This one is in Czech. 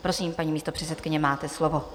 Prosím, paní místopředsedkyně, máte slovo.